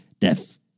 Death